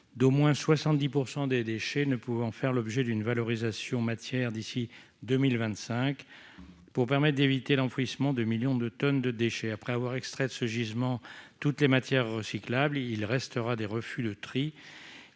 d'au moins 70 % des déchets ne pouvant faire l'objet d'une valorisation matière d'ici à 2025, de manière à éviter l'enfouissement de millions de tonnes de déchets. Après avoir extrait de ce gisement toutes les matières recyclables, il restera des refus de tri,